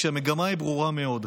כשהמגמה היא ברורה מאוד,